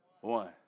one